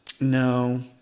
No